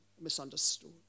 misunderstood